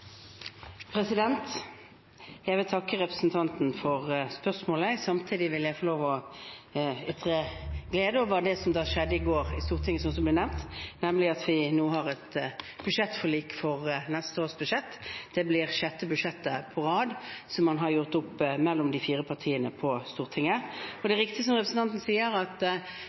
abort? Jeg vil takke representanten for spørsmålet. Samtidig vil jeg få lov til å ytre glede over det som skjedde i Stortinget i går, som ble nevnt, nemlig at vi nå har et budsjettforlik for neste års budsjett. Det blir sjette budsjettet på rad som man har gjort opp mellom disse fire partiene på Stortinget. Det er riktig, som representanten sier, at